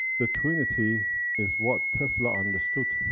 the twinity is what tesla understood,